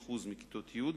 בכ-30% מכיתות י'